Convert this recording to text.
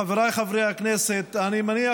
חבריי חברי הכנסת, אני מניח